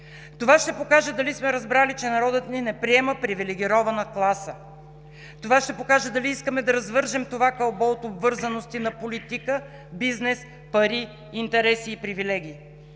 Това ще покаже дали сме разбрали, че народът ни не приема привилегирована класа. Това ще покаже дали искаме да развържем това кълбо от обвързаности на политика, бизнес, пари, интереси и привилегии,